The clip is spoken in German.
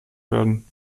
werden